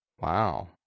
Wow